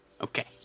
Okay